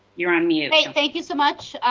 you are on mute. thank you so much.